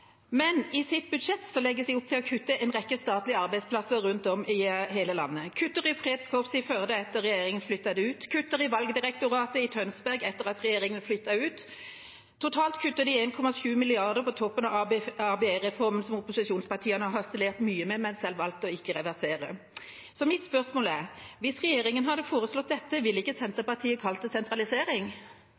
men i sitt budsjett legger de opp til å kutte i en rekke statlige arbeidsplasser rundt om i hele landet. De kutter i Fredskorpset i Førde etter at regjeringa flyttet det ut. De kutter i Valgdirektoratet i Tønsberg etter at regjeringa flyttet det ut. Totalt kutter de 1,7 mrd. kr på toppen av ABE-reformen, som opposisjonspartiene har harselert mye med, men selv valgt å ikke reversere. Mitt spørsmål er: Hvis regjeringa hadde foreslått dette, ville ikke Senterpartiet kalt det sentralisering?